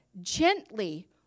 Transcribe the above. gently